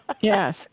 Yes